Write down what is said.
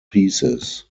pieces